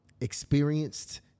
experienced